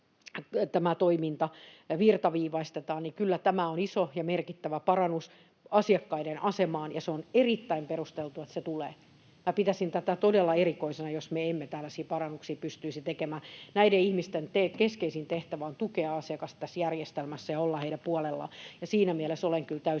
tämä toiminta virtaviivaistetaan, niin kyllä tämä on iso ja merkittävä parannus asiakkaiden asemaan, ja se on erittäin perusteltua, että se tulee. Minä pitäisin tätä todella erikoisena, jos me emme tällaisia parannuksia pystyisi tekemään. Näiden ihmisten keskeisin tehtävä on tukea asiakasta tässä järjestelmässä ja olla heidän puolellaan, ja siinä mielessä olen kyllä täysin